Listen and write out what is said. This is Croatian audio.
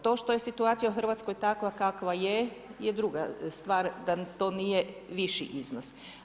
To što je situacija u Hrvatskoj takva kakva je je druga stvar da to nije viši iznos.